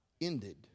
ended